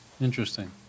Interesting